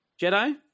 Jedi